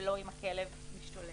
ולא אם הכלב משתולל.